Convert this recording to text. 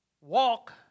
walk